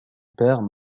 père